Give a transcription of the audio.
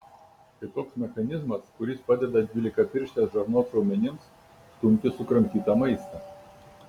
tai toks mechanizmas kuris padeda dvylikapirštės žarnos raumenims stumti sukramtytą maistą